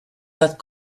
that